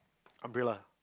umbrella